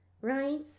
Right